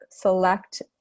select